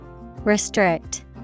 Restrict